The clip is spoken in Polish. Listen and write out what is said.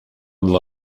dla